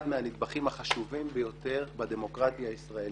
מהנדבכים החשובים ביותר בדמוקרטיה הישראלית,